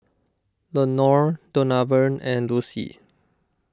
Lenore Donavan and Lucy